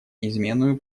неизменную